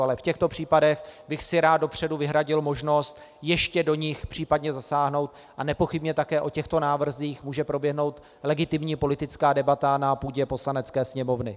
Ale v těchto případech bych si rád dopředu vyhradil možnost ještě do nich případně zasáhnout a nepochybně také o těchto návrzích může proběhnout legitimní politická debata na půdě Poslanecké sněmovny.